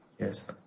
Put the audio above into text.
Yes